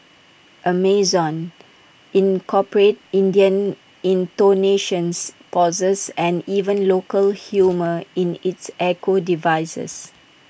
Amazon incorporated Indian intonations pauses and even local humour in its echo devices